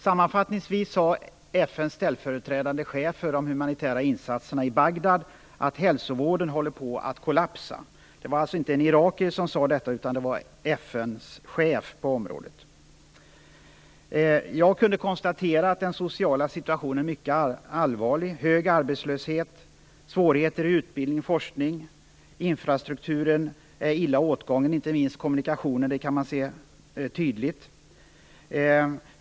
Sammanfattningsvis sade FN:s ställföreträdande chef för de humanitära insatserna i Bagdad att hälsovården i Irak håller på att kollapsa. Det var alltså inte en irakier som sade detta utan FN:s chef på området. Jag kunde konstatera att den sociala situationen är mycket allvarlig: hög arbetslöshet, svårigheter i utbildning och forskning och illa åtgången infrastruktur - inte minst kommunikationerna, det ser man tydligt.